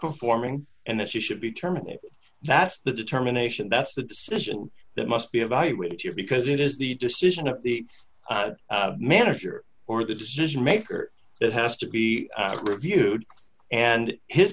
performing and that she should be terminated that's the determination that's the decision that must be evaluated you because it is the decision of the manager or the decision maker that has to be reviewed and his